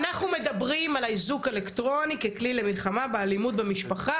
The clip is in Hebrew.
אנחנו מדברים על האיזוק האלקטרוני ככלי למלחמה באלימות במשפחה,